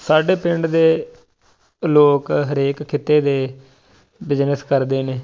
ਸਾਡੇ ਪਿੰਡ ਦੇ ਲੋਕ ਹਰੇਕ ਖਿੱਤੇ ਦੇ ਬਿਜ਼ਨਸ ਕਰਦੇ ਨੇ